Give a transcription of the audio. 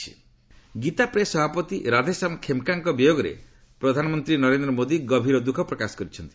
PM Gita Press Gita Press ସଭାପତି ରାଧେଶ୍ୟାମ୍ ଖେମ୍କାଙ୍କ ବିୟୋଗରେ ପ୍ରଧାନମନ୍ତ୍ରୀ ନରେନ୍ଦ୍ର ମୋଦି ଗଭୀର ଦୂଃଖ ପ୍ରକାଶ କରିଛନ୍ତି